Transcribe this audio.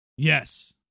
Yes